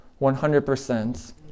100%